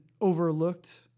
overlooked